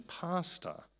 pastor